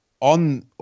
on